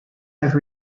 have